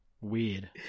Weird